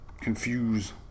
confuse